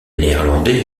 néerlandais